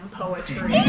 poetry